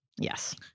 Yes